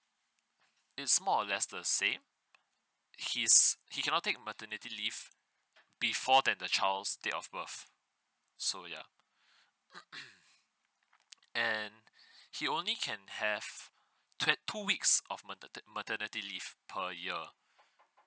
it's more or less the same his he cannot take maternity leave before than the child's date of birth so ya and he only can have twen~ two weeks of mater~ maternity leave per year